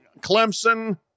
Clemson